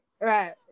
right